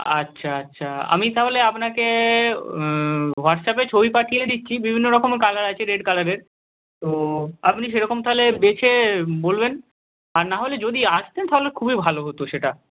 আচ্ছা আচ্ছা আমি তাহলে আপনাকে হোয়াটসঅ্যাপে ছবি পাঠিয়ে দিচ্ছি বিভিন্ন রকম কালার আছে রেড কালারের তো আপনি সেরকম তাহলে বেছে বলবেন আর না হলে যদি আসতেন তাহলে খুবই ভালো হতো সেটা